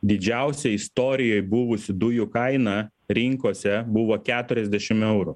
didžiausia istorijoj buvusi dujų kaina rinkose buvo keturiasdešim eurų